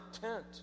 tent